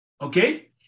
Okay